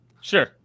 Sure